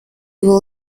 will